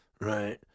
Right